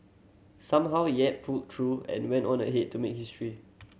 somehow Yap pulled through and went on ahead to make history